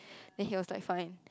then he was like fine